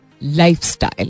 lifestyle